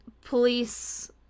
police